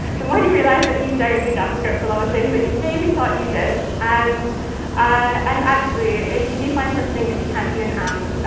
the more you realize that you don't need javascript for a lot of things that you maybe thought you did. and ah and actually, if you do find something that you can't do in amp,